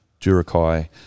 durakai